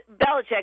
Belichick